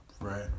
Right